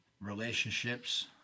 relationships